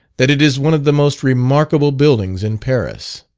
that it is one of the most remarkable buildings in paris.